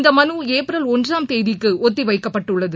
இந்த மனு ஏப்ரல் ஒன்றாம் தேதிக்கு அமர்வு ஒத்தி வைக்கப்பட்டுள்ளது